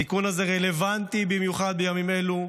התיקון הזה רלוונטי במיוחד בימים אלו,